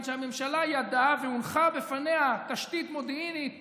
שהממשלה ידעה והונחה בפניה תשתית מודיעינית